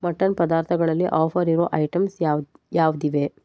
mutton ಪದಾರ್ಥಗಳಲ್ಲಿ offer ಇರೋ items ಯಾವ್ದು ಯಾವುದಿವೆ